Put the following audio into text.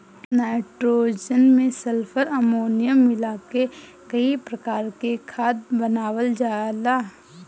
nitrogen में sulphur, ammonium मिला के कई प्रकार से खाद बनावल जाला